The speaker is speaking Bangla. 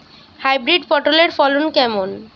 হাইব্রিড পটলের ফলন কেমন?